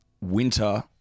winter